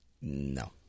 No